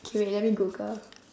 okay wait let me google